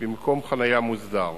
במקום חנייה מוסדר.